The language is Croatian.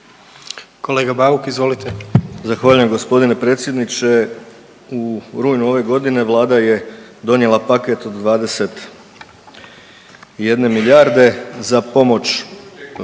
**Bauk, Arsen (SDP)** Zahvaljujem gospodine predsjedniče. U rujnu ove godine Vlada je donijela paket od 21 milijarde za pomoć